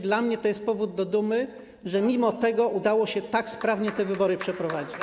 Dla mnie to jest powód do dumy, że mimo to udało się tak sprawnie te wybory przeprowadzić.